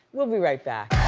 we'll be right back.